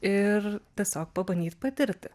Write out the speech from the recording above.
ir tiesiog pabandyt patirti